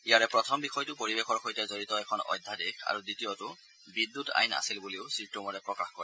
ইয়াৰে প্ৰথম বিষয়টো পৰিৱেশৰ সৈতে জড়িত এখন অধ্যাদেশ আৰু দ্বিতীয়টো বিদ্যুৎ আইন আছিল বুলিও শ্ৰীটোমৰে প্ৰকাশ কৰে